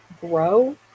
grow